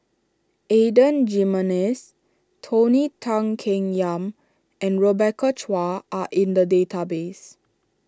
Adan Jimenez Tony Tan Keng Yam and Rebecca Chua are in the database